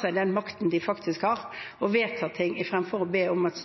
seg den makten de faktisk har, og vedtar ting fremfor å be om at